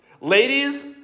Ladies